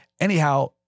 anyhow